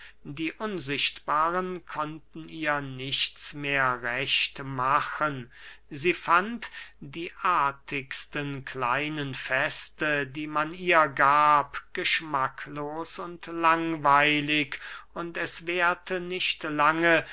die unsichtbaren konnten ihr nichts mehr recht machen sie fand die artigsten kleinen feste die man ihr gab geschmacklos und langweilig und es währte nicht lange